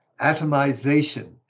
atomization